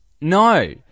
No